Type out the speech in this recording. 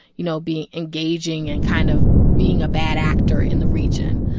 you know, being engaging and kind of being a bad actor in the region.